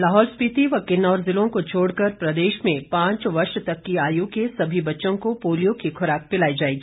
लाहौल स्पीति व किन्नौर जिलों को छोड़कर प्रदेश में पांच वर्ष तक की आयु के सभी बच्चों को पोलियो की खुराक पिलाई जाएगी